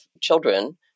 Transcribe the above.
children